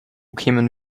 kämen